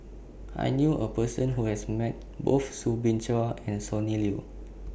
I knew A Person Who has Met Both Soo Bin Chua and Sonny Liew